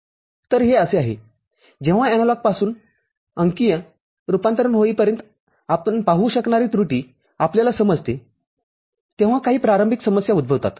तर हे असे आहे जेव्हा एनालॉगपासून अंकीय रूपांतरण होईपर्यंत आपण पाहू शकणारी त्रुटी आपल्याला समजतेतेव्हा काही प्रारंभिक समस्या उद्भवतात